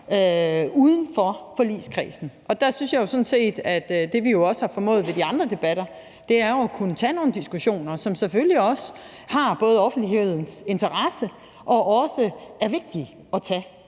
uden for forligskredsen. Og der synes jeg sådan set, at det, vi jo har formået ved de andre debatter, er at kunne tage nogle diskussioner, som selvfølgelig både har offentlighedens interesse og også er vigtige at tage,